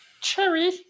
Cherry